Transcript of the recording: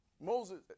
Moses